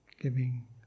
giving